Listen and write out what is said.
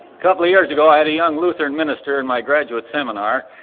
couple of years ago i had a young lutheran minister in my graduate seminar,